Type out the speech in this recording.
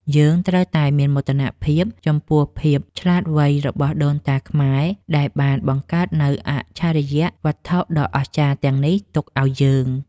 យើងត្រូវតែមានមោទនភាពចំពោះភាពវៃឆ្លាតរបស់ដូនតាខ្មែរដែលបានបង្កើតនូវអច្ឆរិយវត្ថុដ៏អស្ចារ្យទាំងនេះទុកឱ្យយើង។